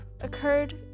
occurred